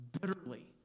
bitterly